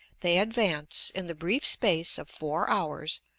they advance, in the brief space of four hours,